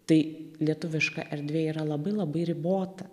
tai lietuviška erdvė yra labai labai ribota